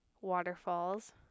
waterfalls